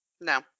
No